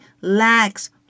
lacks